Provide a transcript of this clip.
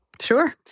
Sure